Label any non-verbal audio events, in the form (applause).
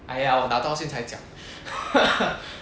!aiya! 我拿到先才讲 (laughs)